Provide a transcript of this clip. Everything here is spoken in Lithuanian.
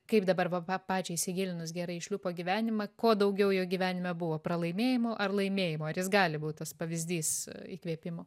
kaip dabar va pa pačiai įsigilinus gerai į šliūpo gyvenimą kuo daugiau jo gyvenime buvo pralaimėjimų ar laimėjimų ar jis gali būt tas pavyzdys įkvėpimo